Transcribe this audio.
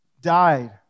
died